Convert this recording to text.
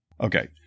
Okay